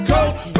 Coach